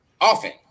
often